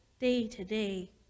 day-to-day